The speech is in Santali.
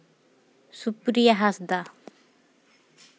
ᱥᱩᱯᱨᱤᱭᱟ ᱦᱟᱸᱥᱫᱟ